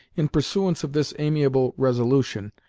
in pursuance of this amiable resolution,